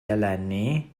eleni